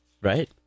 right